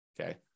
okay